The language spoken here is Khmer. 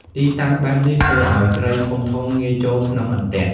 ទីតាំងបែបនេះធ្វើឲ្យត្រីធំៗងាយចូលក្នុងអន្ទាក់។